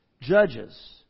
judges